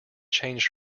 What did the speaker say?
changed